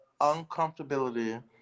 uncomfortability